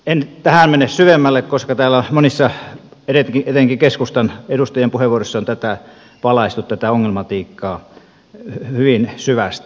en tähän mene syvemmälle koska täällä monissa etenkin keskustan edustajien puheenvuoroissa on valaistu tätä ongelmatiikkaa hyvin syvästi